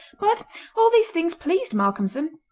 but all these things pleased malcolmson.